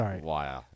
Wire